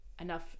enough